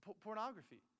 Pornography